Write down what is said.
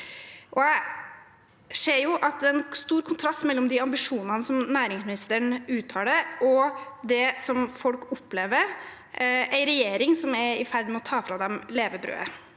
Jeg ser jo at det er en stor kontrast mellom de ambisjonene som næringsministeren uttaler, og det som folk opplever: en regjering som er i ferd med å ta fra dem levebrødet.